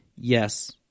yes